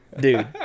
Dude